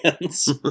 hands